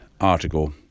article